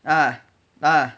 ah ah